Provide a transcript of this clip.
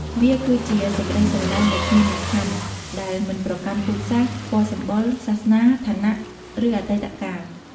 វាគឺជាសេចក្ដីស្រឡាញ់ដោយគ្មានលក្ខខណ្ឌ ដែលមិនប្រកាន់ពូជសាសន៍ ពណ៌សម្បុរ សាសនា ឋានៈ ឬអតីតកាល។